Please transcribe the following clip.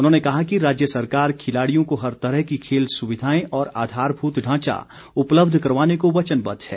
उन्होंने कहा कि राज्य सरकार खिलाड़ियों को हर तरह की खेल सुविधाएं और आधारभूत ढांचा उपलब्ध करवाने को वचनबद्द है